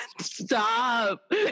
stop